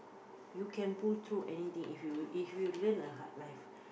you can pull through anything if you if you learn the hard life